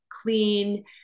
clean